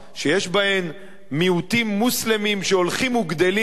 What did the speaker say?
שיש בהן מיעוטים מוסלמיים שהולכים וגדלים,